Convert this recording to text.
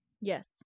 yes